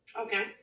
Okay